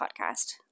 Podcast